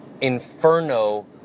inferno